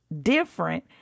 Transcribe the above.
different